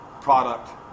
product